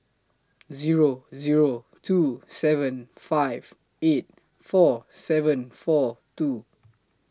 Zero Zero two seven five eight four seven four two